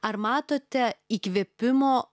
ar matote įkvėpimo